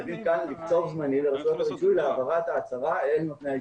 חייבים כאן לקצוב זמנים לרשות הרישוי להעברת ההצהרה אל נותני האישור.